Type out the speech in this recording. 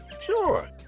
Sure